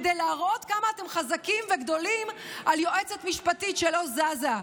כדי להראות כמה אתם חזקים וגדולים על יועצת משפטית שלא זזה.